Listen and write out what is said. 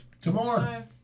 Tomorrow